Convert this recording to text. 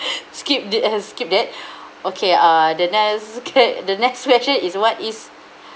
skip this and skip that okay uh the next okay the next question is what is